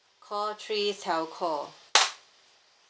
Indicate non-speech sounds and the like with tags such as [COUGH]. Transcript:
call three telco [NOISE]